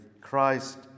christ